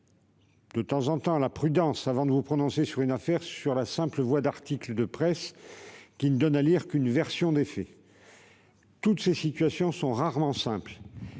à une certaine prudence avant de vous prononcer sur une affaire sur la simple foi d'articles de presse, qui ne donnent à lire qu'une version des faits. Ces situations sont rarement simples